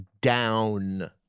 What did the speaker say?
down